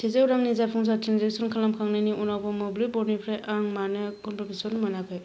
सेजौ रांनि जाफुंसार ट्रेन्जेकसन खालामखांनायनि उनावबो मोब्लिब बर्डनिफ्राय आं मानो कन्फार्मेसन मोनाखै